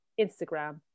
Instagram